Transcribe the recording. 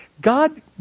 God